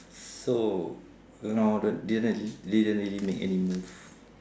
so you know don't didn't didn't really make any move